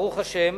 ברוך השם,